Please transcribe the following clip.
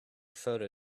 photo